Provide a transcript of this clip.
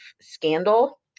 Scandal